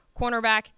cornerback